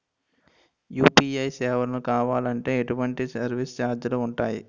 UPI సేవలను కావాలి అంటే ఎటువంటి సర్విస్ ఛార్జీలు ఉంటాయి?